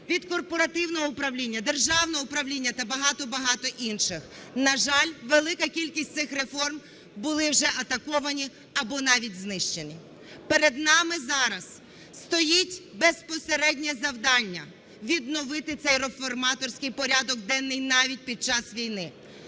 від корпоративного управління, державного управління та багато-багато інших. На жаль, велика кількість цих реформ були вже атаковані або навіть знищені. Перед нами зараз стоїть безпосереднє завдання – відновити цей реформаторський порядок денний навіть під час війни.